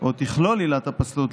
או תכלול עילת הפסלות,